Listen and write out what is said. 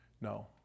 No